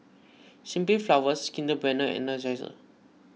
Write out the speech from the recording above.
Simply Flowers Kinder Bueno and Energizer